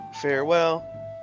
Farewell